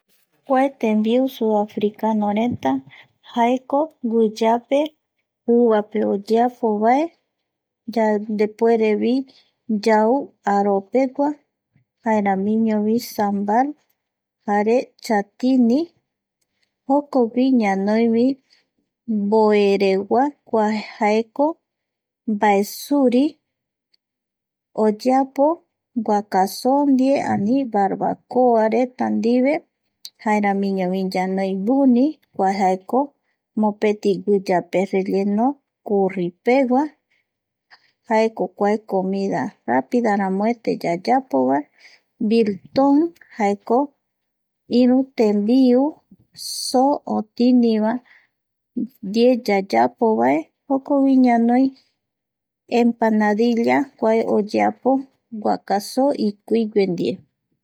Kuae tembiu sud africanoreta jaeko guiyape uvape oyepovae yandepuerevi yau aropegua jaeramiñovi sambal jare chatini jokogui ñanoivi mboeregua, kuae jaeko mbaesuri, oyeapo guaka soo ndie ani barbacoareta ndive jaeramiñovi ñanoi buni kua jaeko mopeti guiyape relleno curri, jaeko comida rápida aramoete yayapovae virtum jaeko tembiu so otini ndie yayapovae jokovi ñanoi empanadilla kua oyeapo guaka soo ikuigue ndie